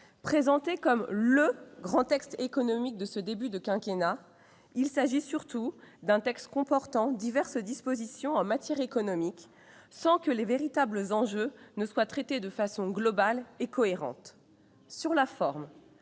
présenté comme le grand texte économique de ce début de quinquennat, il se résume, pour l'essentiel, à diverses dispositions en matière économique, sans que les véritables enjeux soient traités de façon globale et cohérente. Sur la forme,